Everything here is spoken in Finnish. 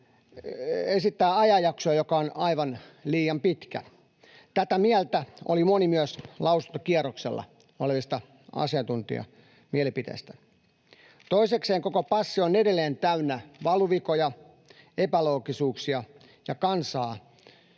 esittää ajanjaksoa, joka on aivan liian pitkä. Tätä mieltä oli myös moni lausuntokierroksella olleista asiantuntijoista. Toisekseen koko passi on edelleen täynnä valuvikoja, epäloogisuuksia ja kansaa